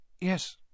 Yes